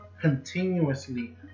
continuously